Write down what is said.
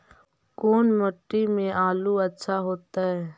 कोन मट्टी में आलु अच्छा होतै?